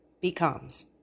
becomes